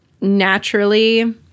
naturally